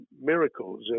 miracles